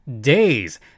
days